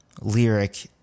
lyric